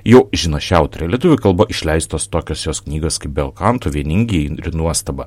jau žino šią autorę lietuvių kalba išleistos tokios jos knygos kaip belkanto vieningi indri nuostaba